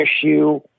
issue